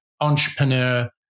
entrepreneur